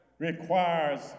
requires